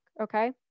Okay